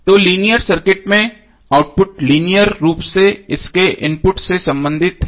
तो linear circuit में output linear रूप से इसके इनपुट से संबंधित है